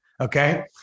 okay